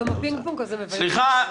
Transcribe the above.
גם הפינג פונג הזה מבייש --- סליחה,